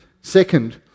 Second